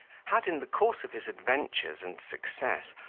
had, in the course of his adventures and success,